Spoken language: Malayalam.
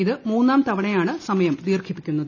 ഇത് മൂന്നാം തവണയാണ് സമയം ദീർഘിപ്പിക്കുന്നത്